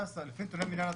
16% לפי נתוני מינהל התכנון.